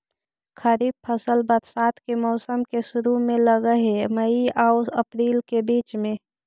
खरीफ फसल बरसात के मौसम के शुरु में लग हे, मई आऊ अपरील के बीच में